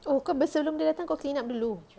oh kau sebelum kau datang kau clean up dulu